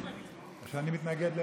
שאני מתנגד,